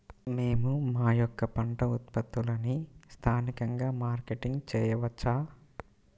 మేము మా యొక్క పంట ఉత్పత్తులని స్థానికంగా మార్కెటింగ్ చేయవచ్చా?